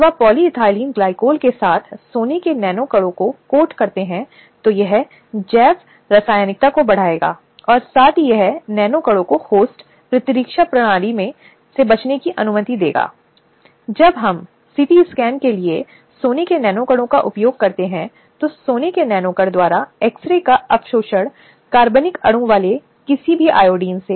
उस माहौल में वह परेशान करने वाले के खिलाफ आवश्यक कार्रवाई करने के लिए कह सकती है जिससे उस पर उत्पीड़न करने वाले का सीधा प्रभाव या नियंत्रण काफी हद तक कम हो सकता है इसलिए अंतरिम उपायों की वह सहायता ले सकती है और उसे यह सुनिश्चित करना चाहिए कि यह प्रभावी है